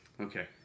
Okay